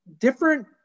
different